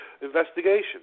investigation